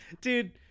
dude